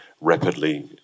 rapidly